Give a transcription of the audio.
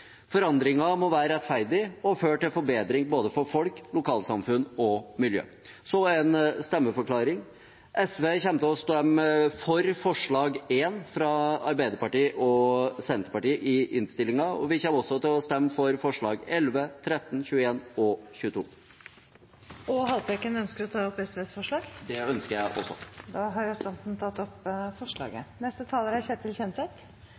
Forandringen må være rettferdig og føre til forbedring for både folk, lokalsamfunn og miljø. Så en stemmeforklaring: SV kommer til å stemme for forslag nr. 1, fra Arbeiderpartiet og Senterpartiet i innstillingen. Vi kommer også til å stemme for forslagene nr. 11, 13, 21 og 22. Og Haltbrekken ønsker å ta opp SVs forslag? Det ønsker jeg også. Da har representanten Lars Haltbrekken tatt opp